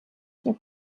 нэг